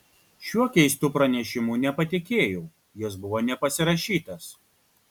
šiuo keistu pranešimu nepatikėjau jis buvo nepasirašytas